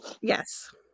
Yes